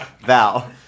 Val